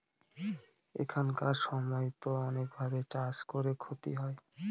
এখানকার সময়তো অনেক ভাবে চাষ করে ক্ষতি হয়